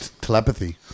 telepathy